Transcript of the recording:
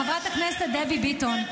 ----- חברת הכנסת דבי ביטן,